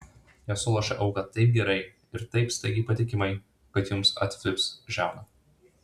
jos sulošia auką taip gerai ir taip staigiai patikimai kad jums atvips žiauna